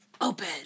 Open